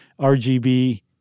RGB